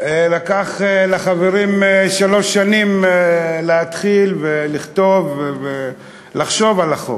לקח לחברים שלוש שנים להתחיל לכתוב ולחשוב על החוק.